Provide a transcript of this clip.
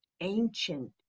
ancient